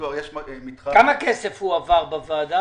לפיתוח --- כמה כסף הועבר בוועדה?